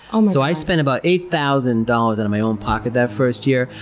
um so i spent about eight thousand dollars out of my own pocket that first year.